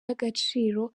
y’agaciro